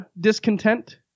discontent